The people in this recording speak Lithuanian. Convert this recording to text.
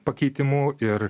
pakeitimu ir